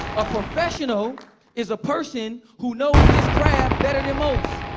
a professional is a person who knows his craft better than most,